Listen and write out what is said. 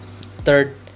third